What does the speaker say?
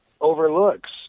overlooks